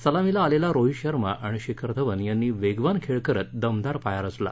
सलामीला आलेल्या रोहित शर्मा आणि शिखर धवन यांनी वेगवान खेळ करत दमदार पाया रचला